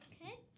Okay